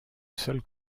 seul